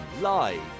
live